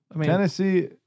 Tennessee